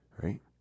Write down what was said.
right